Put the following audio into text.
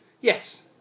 Yes